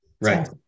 Right